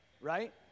Right